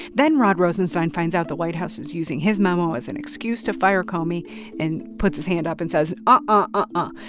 then rod rosenstein finds out the white house is using his memo as an excuse to fire comey and put his hand up and says ah